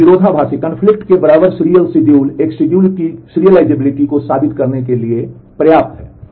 एक विरोधाभासी को साबित करने के लिए पर्याप्त है